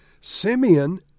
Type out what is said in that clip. Simeon